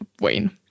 Wayne